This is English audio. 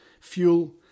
fuel